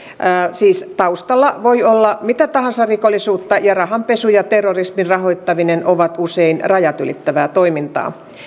siis taustalla voi olla mitä tahansa rikollisuutta ja rahanpesu ja terrorismin rahoittaminen ovat usein rajat ylittävää toimintaa